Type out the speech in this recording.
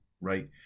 right